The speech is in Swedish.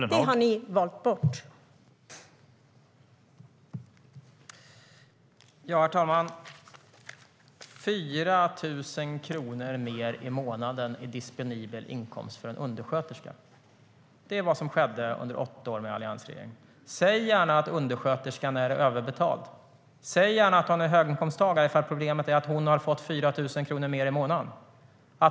Det har ni valt bort.